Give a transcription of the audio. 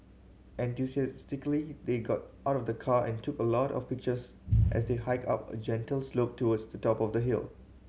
enthusiastically they got out of the car and took a lot of pictures as they hiked up a gentle slope towards the top of the hill